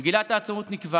במגילת העצמאות נקבע